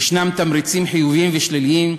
יש תמריצים חיוביים ושליליים,